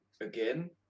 again